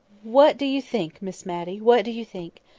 what do you think, miss matty? what do you think?